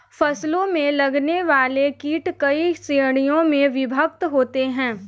फसलों में लगने वाले कीट कई श्रेणियों में विभक्त होते हैं